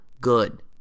good